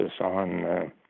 on